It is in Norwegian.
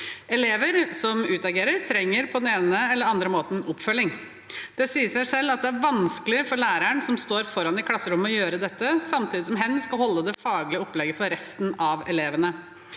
eller den andre måten oppfølging. Det sier seg selv at det er vanskelig for læreren, som står foran i klasserommet, å gjøre dette samtidig som hen skal holde det faglige opplegget for resten av elevene.